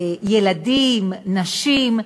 ילדים, נשים.